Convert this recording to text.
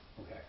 Okay